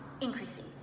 increasing